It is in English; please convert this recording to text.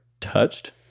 touched